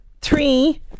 three